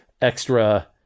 extra